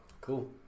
cool